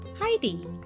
Heidi